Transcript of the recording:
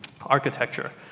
architecture